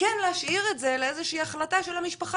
וכן להשאיר את זה לאיזה שהיא החלטה של המשפחה,